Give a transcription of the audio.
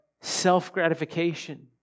self-gratification